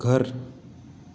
घर